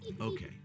Okay